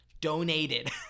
donated